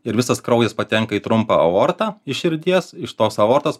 ir visas kraujas patenka į trumpą aortą iš širdies iš tos aortos